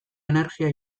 energia